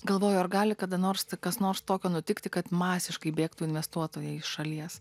galvoju ar gali kada nors kas nors tokio nutikti kad masiškai bėgtų investuotojai iš šalies